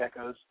geckos